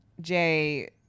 jay